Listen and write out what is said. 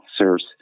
officers